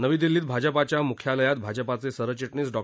नवी दिल्लीत भाजपाच्या मुख्यालयात भाजपाचे सरचिटणीस डॉ